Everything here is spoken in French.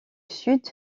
sud